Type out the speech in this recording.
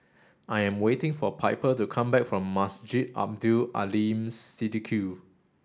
I am waiting for Piper to come back from Masjid Abdul Aleem Siddique